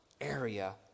area